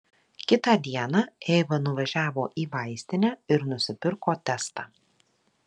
kitą dieną eiva nuvažiavo į vaistinę ir nusipirko testą